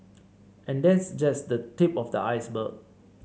and that's just the tip of the iceberg